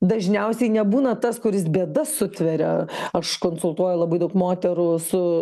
dažniausiai nebūna tas kuris bėdas sutveria aš konsultuoju labai daug moterų su